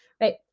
Right